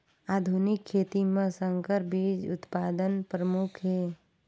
आधुनिक खेती म संकर बीज उत्पादन प्रमुख हे